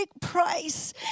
price